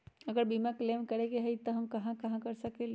अगर बीमा क्लेम करे के होई त हम कहा कर सकेली?